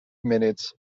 minutes